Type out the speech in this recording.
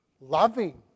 loving